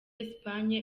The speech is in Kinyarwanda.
espagne